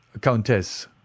Countess